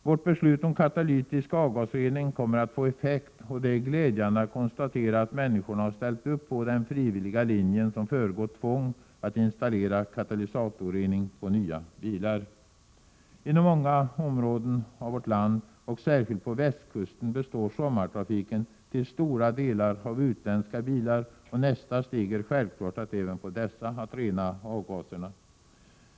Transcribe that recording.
Vårt beslut om katalytisk avgasrening kommer att få effekt, och det är glädjande att konstatera att människorna har ställt upp på den frivilliga linjen som föregått tvång att installera katalysatorrening på nya bilar. Inom många områden av vårt land, särskilt på västkusten, präglas sommartrafiken till stor del av utländska bilar. Nästa steg är självfallet att försöka få även de utländska bilisterna att rena avgaserna.